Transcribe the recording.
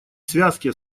связке